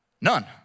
None